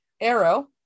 Arrow